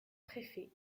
préfet